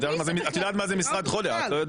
את יודעת מה זה משרד חודק?